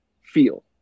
feel